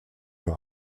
nur